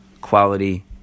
quality